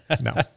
No